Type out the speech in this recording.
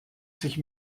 sich